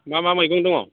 मा मा मैगं दङ